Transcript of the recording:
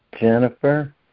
Jennifer